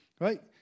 right